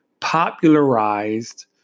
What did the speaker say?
popularized